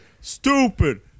stupid